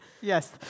Yes